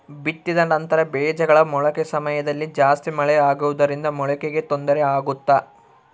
ಬಿತ್ತಿದ ನಂತರ ಬೇಜಗಳ ಮೊಳಕೆ ಸಮಯದಲ್ಲಿ ಜಾಸ್ತಿ ಮಳೆ ಆಗುವುದರಿಂದ ಮೊಳಕೆಗೆ ತೊಂದರೆ ಆಗುತ್ತಾ?